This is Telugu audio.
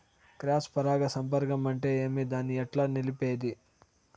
క్రాస్ పరాగ సంపర్కం అంటే ఏమి? దాన్ని ఎట్లా నిలిపేది?